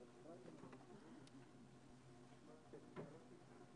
הישיבה ננעלה בשעה 11:04.